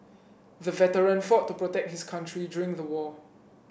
the veteran fought to protect his country during the war